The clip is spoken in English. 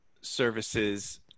services